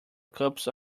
cups